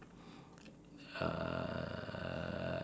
uh